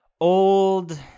old